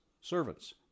servants